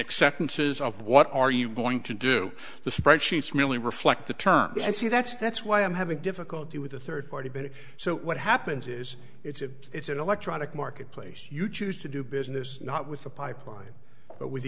acceptance is of what are you going to do the spreadsheets merely reflect the terms and see that's that's why i'm having difficulty with the third party bit so what happens is it's a it's an electronic marketplace you choose to do business not with a pipeline